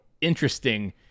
interesting